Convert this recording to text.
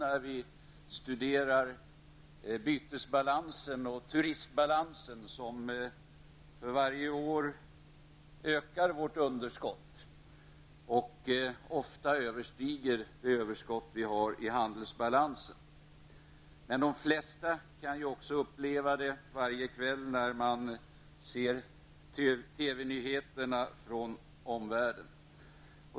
När vi studerar bytesbalansen och turistbalansen kan vi se att för varje år ökar underskottet och att det ofta överstiger det överskott som finns i handelsbalansen. De flesta kan också göra jämförelser när de varje kväll ser TV-nyheterna från omvärlden.